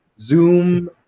Zoom